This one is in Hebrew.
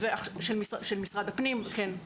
משרד הפנים כן.